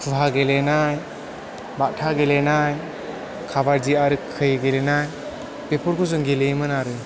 खुहा गेलेनाय बाथा गेलेनाय खाबादि आरो खै गेलेनाय बेफोरखौ जों गेलेयोमोन आरो